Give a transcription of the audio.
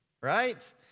right